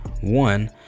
One